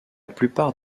plupart